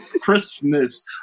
christmas